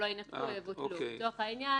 אם נניח